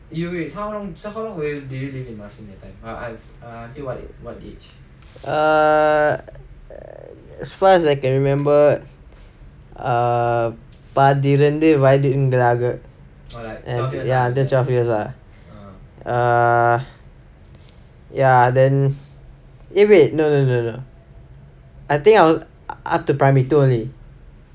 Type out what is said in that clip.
err as far as I can remember err பதிரெண்டு வருடங்களாக:pathirendu varudangalaaga twelve years ah err ya then eh wait wait no no no no I think I up to primary two only